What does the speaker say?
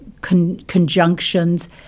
conjunctions